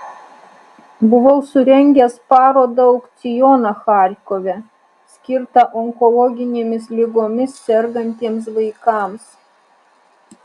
buvau surengęs parodą aukcioną charkove skirtą onkologinėmis ligomis sergantiems vaikams